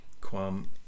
quam